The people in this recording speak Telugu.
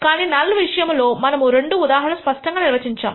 కానీ నల్ విషయములో మనము 2 రెండు ఉదాహరణలు స్పష్టంగా నిర్వచించాము